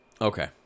Okay